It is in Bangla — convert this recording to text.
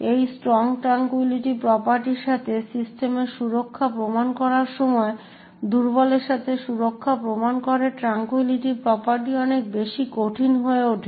এই স্ট্রং ট্র্যাঙ্কুইলিটি প্রপার্টির সাথে সিস্টেমের সুরক্ষা প্রমাণ করার সময় দুর্বলের সাথে সুরক্ষা প্রমাণ করে ট্র্যাঙ্কুইলিটি প্রপার্টি অনেক বেশি কঠিন হয়ে ওঠে